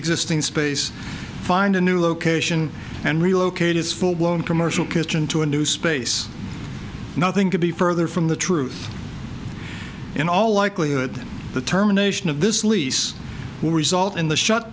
existing space find a new location and relocate his full blown commercial kitchen to a new space nothing could be further from the truth in all likelihood the terminations of this lease will result in the shut